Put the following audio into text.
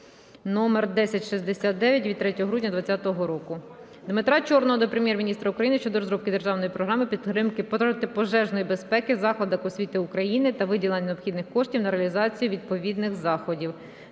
номер 1060-IX від 3 грудня 2020 року. Дмитра Чорного до Прем'єр-міністра України щодо розробки державної програми підтримки протипожежної безпеки в закладах освіти України та виділення необхідних коштів на реалізацію відповідних заходів.